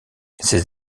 ces